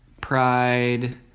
pride